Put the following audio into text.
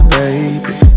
baby